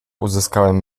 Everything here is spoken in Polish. uzyskałem